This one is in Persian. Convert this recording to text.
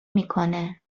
میکنه